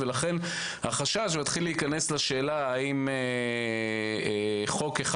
ולכן החשש מלהתחיל להיכנס לשאלה האם חוק אחד